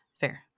Fair